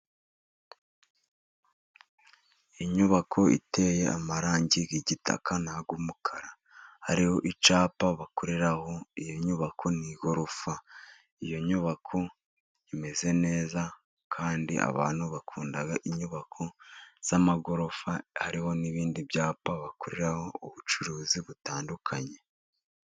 Inyubako iteye amarangi y'igitaka n'ay'umukara. Hariho icyapa bakoreraho, iyo nyubako ni igorofa. Iyo nyubako imeze neza, kandi abantu bakunda inyubako z'amagorofa. Hariho n'ibindi byapa bakoreraho ubucuruzi butandukanye.